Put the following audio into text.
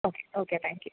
okay okay thank you